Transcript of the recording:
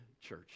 church